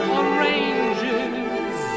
arranges